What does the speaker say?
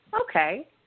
okay